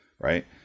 Right